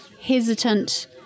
hesitant